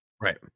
Right